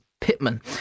Pittman